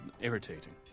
irritating